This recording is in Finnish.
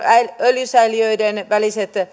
öljysäiliöiden väliset